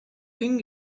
thing